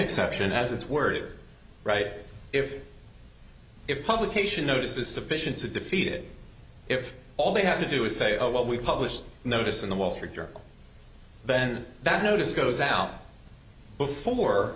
exception as it's worded right if if publication notice is sufficient to defeat it if all they have to do is say oh well we publish notice in the wall street journal then that notice goes out before